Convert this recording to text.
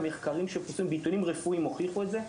מחקרים שפורסמו בעיתונים רפואיים הוכיחו את זה,